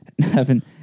heaven